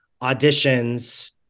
auditions